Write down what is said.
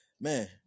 man